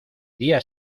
día